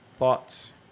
Thoughts